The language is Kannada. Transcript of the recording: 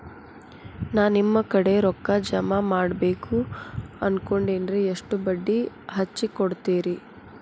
ನಾ ನಿಮ್ಮ ಕಡೆ ರೊಕ್ಕ ಜಮಾ ಮಾಡಬೇಕು ಅನ್ಕೊಂಡೆನ್ರಿ, ಎಷ್ಟು ಬಡ್ಡಿ ಹಚ್ಚಿಕೊಡುತ್ತೇರಿ?